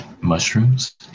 mushrooms